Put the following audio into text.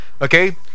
Okay